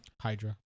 Hydra